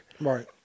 Right